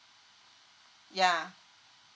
ya